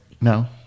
No